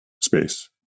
space